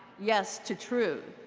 yes to truth,